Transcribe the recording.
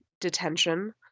detention